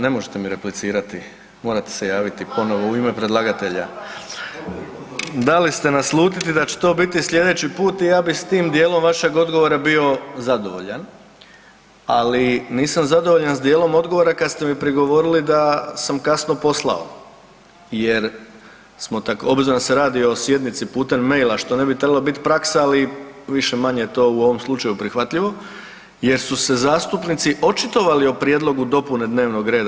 Ne možete mi replicirati, morate se javiti ponovo u ime predlagatelja. ... [[Upadica se ne čuje.]] Dali ste naslutiti da će to biti sljedeći put i ja bih s tim dijelom vašeg odgovora bio zadovoljan, ali nisam zadovoljan s dijelom odgovora kad ste mi prigovorili da sam kasno poslao jer smo .../nerazumljivo/... obzirom da se radi o sjednici putem maila, što ne bi trebalo biti praksa, ali više-manje je to u ovom slučaju prihvatljivo jer su se zastupnici očitovali o prijedlogu dopune dnevnog reda.